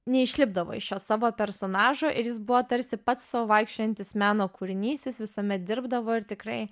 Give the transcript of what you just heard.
neišlipdavo iš šio savo personažo ir jis buvo tarsi pats sau vaikščiojantis meno kūrinys jis visuomet dirbdavo ir tikrai